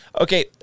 okay